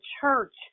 church